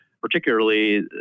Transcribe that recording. Particularly